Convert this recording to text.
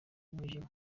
umwijima